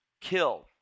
kill